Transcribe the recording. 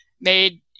made